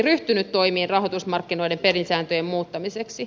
ryhtynyt toimiin rahoitusmarkkinoiden pelisääntöjen muuttamiseksi